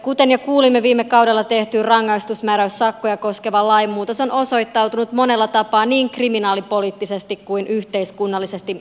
kuten jo kuulimme viime kaudella tehty rangaistusmääräyssakkoja koskeva lainmuutos on osoittautunut monella tapaa niin kriminaalipoliittisesti kuin yhteiskunnallisesti epäonnistuneeksi